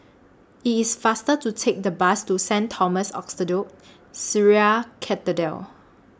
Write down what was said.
IT IS faster to Take The Bus to Saint Thomas Orthodox Syrian Cathedral